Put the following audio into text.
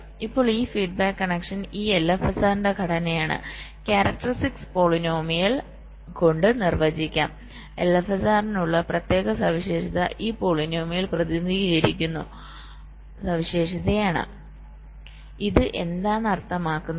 ഇപ്പോൾ ഈ feedback connection ഈ LFSR ന്റെ ഘടനയാണ് കാരക്ടറിസ്റ്റിക് പോളിനോമിയൽ കൊണ്ട് നിർവചിക്കാം LFSR നുള്ള പ്രത്യേകം സവിശേഷത ഈ പോളിനോമിയൽ പ്രതിനിധീകരിക്കുന്നു സവിശേഷതയാണ് ഇത് എന്താണ് അർത്ഥമാക്കുന്നത്